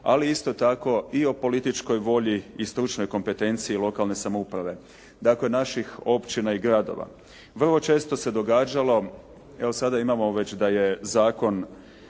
ali isto tako i o političkoj volji i stručnoj kompetenciji lokalne samouprave, dakle naših općina i gradova. Vrlo često se događalo, evo sada imamo već da je zakon